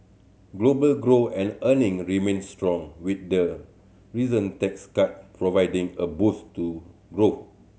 global growth and earning remain strong with the recent tax cut providing a boost to growth